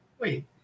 Wait